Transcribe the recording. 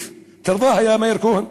(אומר בערבית: